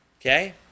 Okay